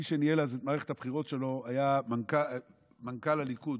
מי שניהל אז את מערכת הבחירות שלו היה מנכ"ל הליכוד,